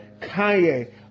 Kanye